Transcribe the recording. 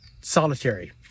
solitary